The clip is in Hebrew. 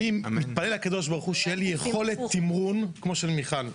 אני מתפלל לקב"ה שתהיה לי יכולת תמרון כמו של מיכל.